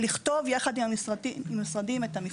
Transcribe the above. וכמובן גם לא כלים מקצועיים.